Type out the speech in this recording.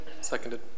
Seconded